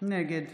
נגד